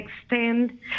extend